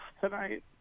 tonight